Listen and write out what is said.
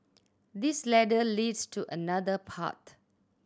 this ladder leads to another path